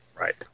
Right